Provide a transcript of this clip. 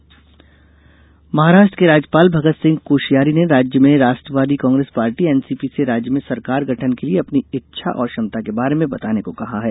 महाराष्ट्र सरकार महाराष्ट्र के राज्यपाल भगत सिंह कोश्यिारी ने राज्य में राष्ट्रवादी कांग्रेस पार्टी एनसीपी से राज्य में सरकार गठन के लिए अपनी इच्छा और क्षमता के बारे में बताने को कहा है